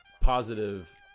positive